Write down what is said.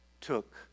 took